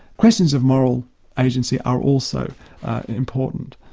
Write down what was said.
questions of moral agency are also important.